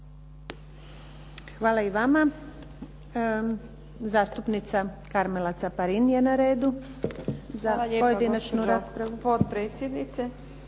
Hvala i vama. Zastupnica Karmela Caparin je na redu za pojedinačnu raspravu.